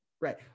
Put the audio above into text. Right